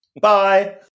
Bye